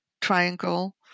triangle